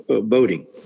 boating